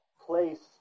place